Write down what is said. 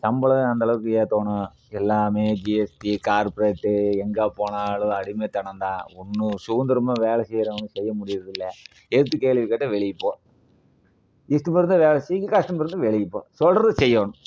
சம்பளமும் அந்த அளவுக்கு ஏற்றணும் எல்லாமே ஜிஎஸ்டி கார்ப்ரேட்டு எங்கே போனாலும் அடிமைத்தனந்தான் இன்னும் சுதந்திரமா வேலை செய்யறவுங்க வேலை செய்ய முடியறது இல்லை எதுர்த்து கேள்வி கேட்டால் வெளியே போ இஷ்டம் இருந்தால் வேலை செய் கஷ்டம் இருந்தால் வெளியே போ சொல்றதை செய்யணும்